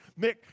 Mick